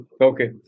Okay